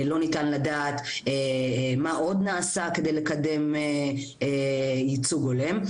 לא ניתן לדעת מה עוד נעשה כדי לקדם ייצוג הולם,